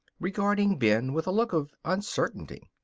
regarding ben with a look of uncertainty.